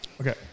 Okay